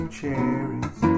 cherries